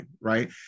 right